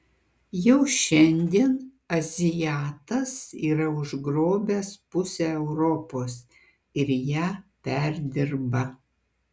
jau šiandien azijatas yra užgrobęs pusę europos ir ją perdirba